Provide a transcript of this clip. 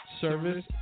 service